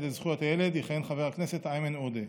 לזכויות הילד יכהן חבר הכנסת איימן עודה,